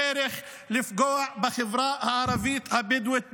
יש מסע של דה-לגיטימציה של החברה הערבית הבדואית בנגב.